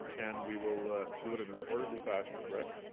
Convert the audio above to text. and we will do it in an orderly fashion, correct?